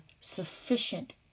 sufficient